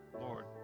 Lord